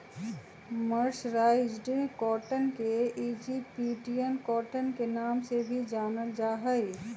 mercerised cotton के Egyptian cotton के नाम से भी जानल जा हई